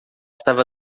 estava